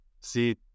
See